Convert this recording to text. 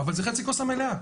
אבל זו חצי כוס מלאה.